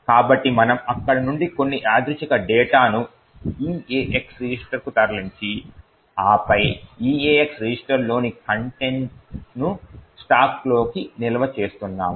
కాబట్టి మనము అక్కడ నుండి కొన్ని యాదృచ్ఛిక డేటాను EAX రిజిస్టర్కు తరలించి ఆపై EAX రిజిస్టర్లోని కంటెంట్ను స్టాక్లోకి నిల్వ చేస్తున్నాము